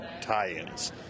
tie-ins